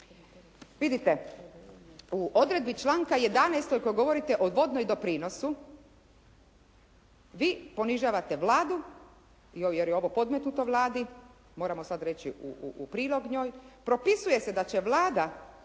Vidite, u odredbi članka 11. ako govorite o …/Govornik se ne razumije./… doprinosu vi ponižavate Vladu jer je ovo podmetnuto Vladi, moramo sada reći u prilog njoj, propisuje se da će Vlada